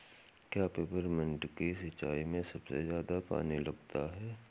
क्या पेपरमिंट की सिंचाई में सबसे ज्यादा पानी लगता है?